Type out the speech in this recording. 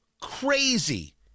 crazy